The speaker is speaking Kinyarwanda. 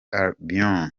albion